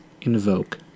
invoke